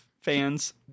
fans